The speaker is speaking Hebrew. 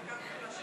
משרד הפנים,